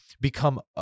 become